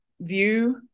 view